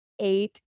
eight